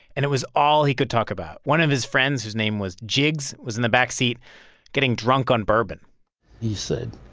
and it was all he could talk about. one of his friends, whose name was jigs, was in the backseat getting drunk on bourbon he said,